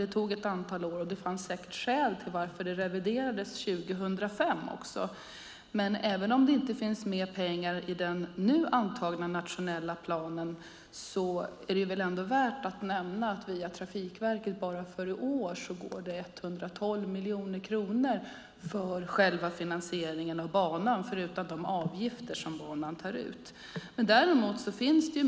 Det tog ett antal år, och det fanns säkert skäl till att det revideras 2005. Men även om det inte finns mer pengar i den nu antagna nationella planen är det värt att nämna att det via Trafikverket bara för i år går 112 miljoner kronor för själva finansieringen av banan, förutom de avgifter som banan tar ut.